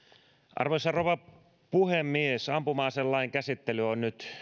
arvoisa rouva puhemies ampuma aselain käsittely on nyt